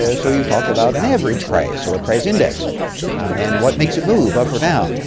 ah so you talk about an average price or a price index and what makes it move up or down.